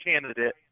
candidate